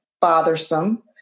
bothersome